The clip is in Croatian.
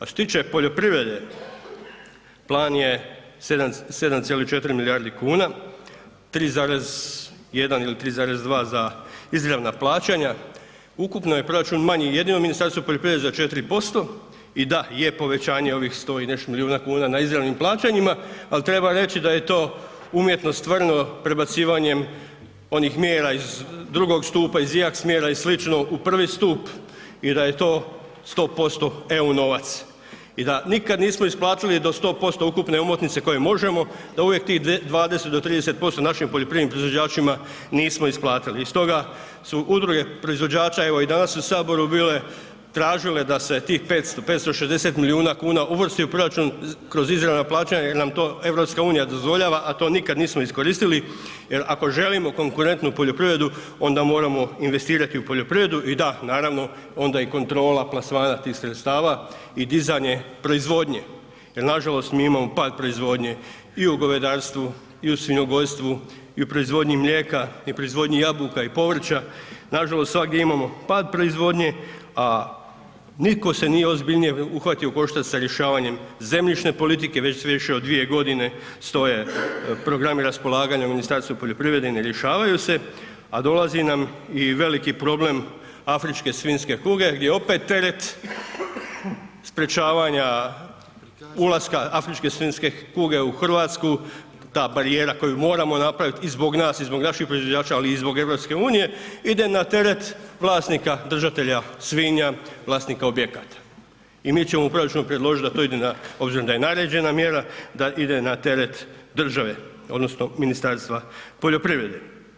A što se tiče poljoprivrede, plan je 7,4 milijardi kuna, 3,1 ili 3,2 za izravna plaćanja, ukupno je proračun manji, jedino Ministarstvo poljoprivrede za 4% i da je povećanje ovih 100 i nešto milijuna kuna na izravnim plaćanjima, al treba reći da je to umjetno stvoreno prebacivanjem onih mjera iz drugog stupa, iz … [[Govornik se ne razumije]] i slično u prvi stup i da je to 100% EU novac i da nikad nismo isplatili do 100% ukupne omotnice koje možemo, da uvijek tih 20 do 30% našim poljoprivrednim proizvođačima nismo isplatili i stoga su udruge proizvođača evo i danas u HS bile, tražile da se tih 560 milijuna kuna uvrsti u proračun kroz izravna plaćanja jel nam to EU dozvoljava, a to nikad nismo iskoristili jer ako želimo konkurentnu poljoprivredu onda moramo investirati u poljoprivredu i da naravno onda i kontrola plasmana tih sredstava i dizanje proizvodnje jel nažalost mi imamo pad proizvodnje i u govedarstvu i u svinjogojstvu i u proizvodnji mlijeka i u proizvodnji jabuka i povrća, nažalost svagdje imamo pad proizvodnje, a nitko se nije ozbiljnije uhvatio u koštac sa rješavanjem zemljišne politike već više od 2.g. stoje programi raspolaganja u Ministarstvu poljoprivrede i ne rješavaju se, a dolazi nam i veliki problem afričke svinjske kuge gdje opet teret sprječavanja ulaska afričke svinjske kuge u RH, ta barijera koju moramo napravit i zbog nas i zbog naših proizvođača, ali i zbog EU ide na teret vlasnika držatelja svinja, vlasnika objekata i mi ćemo u proračunu predložiti da to ide na, obzirom da je naređena mjera, da ide na teret države odnosno Ministarstva poljoprivrede.